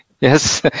Yes